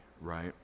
right